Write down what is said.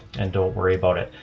and don't worry about it.